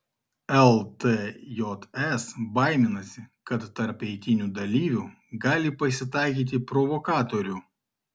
ltjs baiminasi kad tarp eitynių dalyvių gali pasitaikyti provokatorių